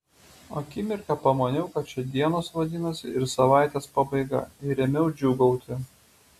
akimirką pamaniau kad čia dienos vadinasi ir savaitės pabaiga ir ėmiau džiūgauti